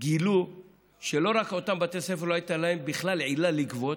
גילו שלא רק שלאותם בתי ספר לא הייתה בכלל עילה לגבות,